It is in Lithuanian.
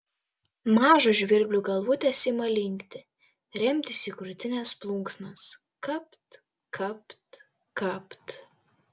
mažos žvirblių galvutės ima linkti remtis į krūtinės plunksnas kapt kapt kapt